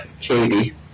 Katie